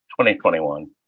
2021